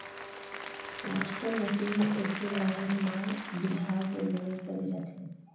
planter machine म एके line म बीजहा के बोवई करे जाथे